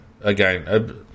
again